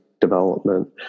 development